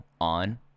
on